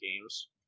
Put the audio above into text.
games